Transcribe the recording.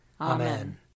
Amen